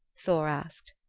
thor asked.